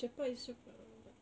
cepat is cepat lah but